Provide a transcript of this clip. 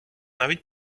навіть